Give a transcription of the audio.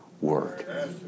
word